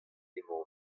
emañ